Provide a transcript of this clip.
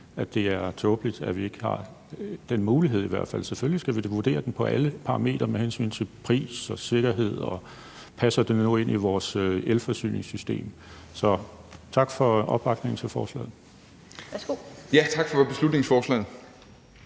at det er tåbeligt, at vi i hvert fald ikke har den mulighed. Selvfølgelig skal vi da vurdere den på alle parametre med hensyn til pris og sikkerhed, og om det nu passer ind i vores elforsyningssystem. Så tak for opbakningen til forslaget. Kl. 17:18 Den fg. formand